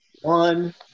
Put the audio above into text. one